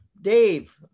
Dave